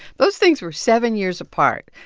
those things were seven years apart.